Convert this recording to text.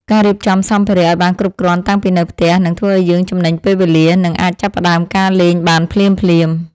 ការរៀបចំសម្ភារៈឱ្យបានគ្រប់គ្រាន់តាំងពីនៅផ្ទះនឹងធ្វើឱ្យយើងចំណេញពេលវេលា និងអាចចាប់ផ្ដើមការលេងបានភ្លាមៗ។